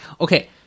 Okay